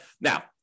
Now